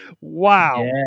Wow